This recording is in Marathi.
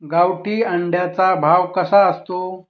गावठी अंड्याचा भाव कसा असतो?